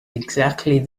exactly